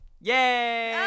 Yay